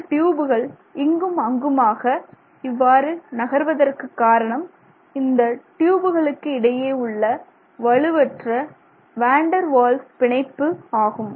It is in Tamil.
இந்த ட்யூபுகள் இங்கும் அங்குமாக இவ்வாறு நகர்வதற்கு காரணம் இந்த ட்யூபுகளுக்கு இடையே உள்ள வலுவற்ற வாண்டர்வால்ஸ் பிணைப்பு ஆகும்